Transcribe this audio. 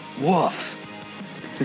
Woof